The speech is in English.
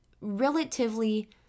relatively